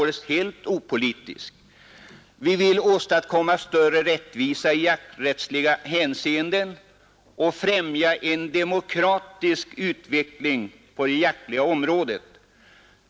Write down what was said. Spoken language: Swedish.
Det vill åstadkomma större rättvisa i jakträttsliga hänseenden och främja en demokratisk utveckling på jaktområdet.